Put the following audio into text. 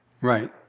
Right